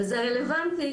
זה רלבנטי,